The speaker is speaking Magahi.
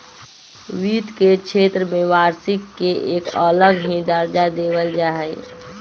वित्त के क्षेत्र में वार्षिक के एक अलग ही दर्जा देवल जा हई